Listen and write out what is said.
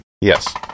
Yes